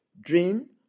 dream